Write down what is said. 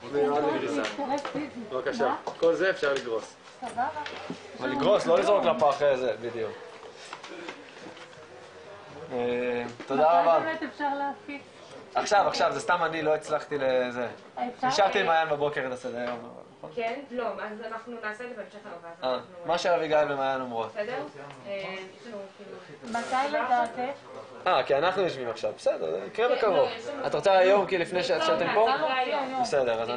11:02.